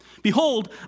Behold